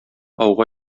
ауга